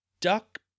duck